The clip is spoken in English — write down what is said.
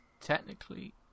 technically